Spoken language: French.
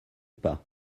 pas